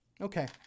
Okay